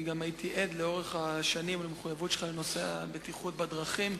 אני גם הייתי עד לאורך השנים למחויבות שלך לנושא הבטיחות בדרכים.